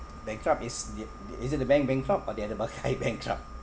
bankrupt is the the is it the bank bankrupt or the other party bankrupt